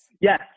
Yes